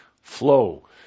flow